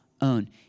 own